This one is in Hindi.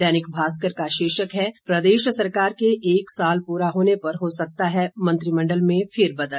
दैनिक भास्कर का शीर्षक है प्रदेश सरकार के एक साल पूरा होने पर हो सकता है मंत्रिमंडल में फेरबदल